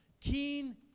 Keen